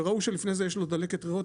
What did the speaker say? וראו שלפני זה יש לו דלקת ריאות,